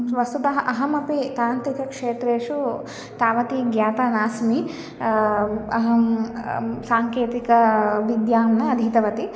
वस्तुतः अहमपि तान्त्रिकक्षेत्रेषु तावती ज्ञाता नास्मि अहं साङ्केतिकीं विद्यां न अधीतवती